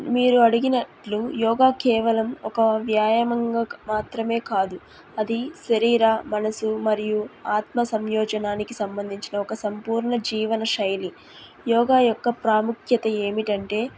మీరు అడిగినట్లు యోగా కేవలం ఒక వ్యాయామంగా మాత్రమే కాదు అది శరీర మనసు మరియు ఆత్మ సంయోజనానికి సంబంధించిన ఒక సంపూర్ణ జీవన శైలి యోగా యొక్క ప్రాముఖ్యత ఏమిటంటే